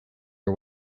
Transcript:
you